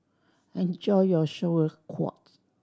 enjoy your Sauerkraut